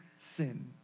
sin